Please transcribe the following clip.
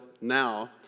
now